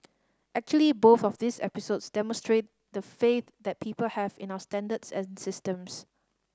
actually both of these episodes demonstrate the faith that people have in our standards and systems